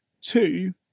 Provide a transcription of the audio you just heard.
Two